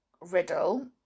riddle